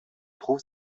trouve